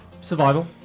survival